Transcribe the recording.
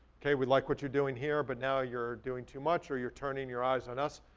kay, we like what you're doing here, but now you're doing too much or you're turning your eyes on us.